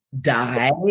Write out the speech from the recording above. die